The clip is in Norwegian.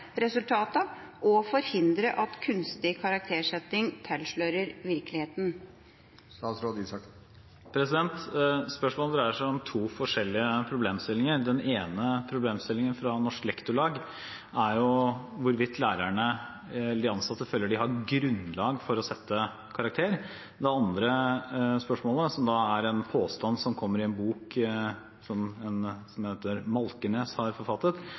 og forhindre at kunstig karaktersetting tilslører virkeligheten?» Spørsmålet dreier seg om to forskjellige problemstillinger. Den ene problemstillingen fra Norsk Lektorlag er hvorvidt lærerne, de ansatte, mener de har grunnlag for å sette karakter. Det andre spørsmålet, som er en påstand som kommer i en bok som en som heter Malkenes har forfattet,